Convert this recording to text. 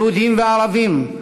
יהודים וערבים,